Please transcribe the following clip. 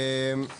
כן, בסדר,